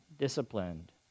disciplined